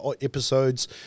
episodes